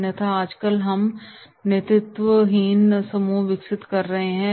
अन्यथा आजकल भी हम नेतृत्वविहीन समूह विकसित कर ही रहे हैं